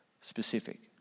specific